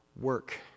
work